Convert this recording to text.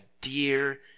dear